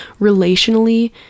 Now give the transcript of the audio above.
relationally